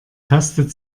tastet